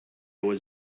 was